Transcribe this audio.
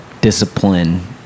discipline